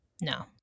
No